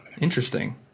Interesting